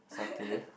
satay